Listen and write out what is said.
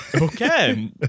Okay